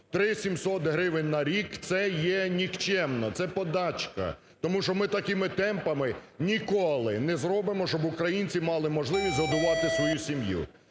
3700 гривень на рік – це є нікчемно, це подачка. Тому що ми такими темпами ніколи не зробимо, щоб українці мали можливість годувати свою сім'ю.